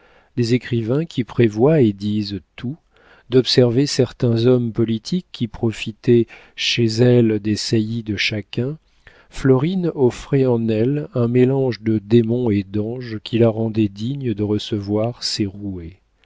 des écrivains qui prévoient et disent tout d'observer certains hommes politiques qui profitaient chez elle des saillies de chacun florine offrait en elle un mélange de démon et d'ange qui la rendait digne de recevoir